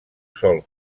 sòl